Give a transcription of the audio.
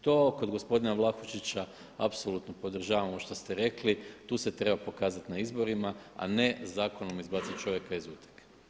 To kod gospodina Vlahušića apsolutno podržavam ovo što ste rekli, tu se treba pokazati na izborima, a ne zakonom izbacit čovjeka iz utrke.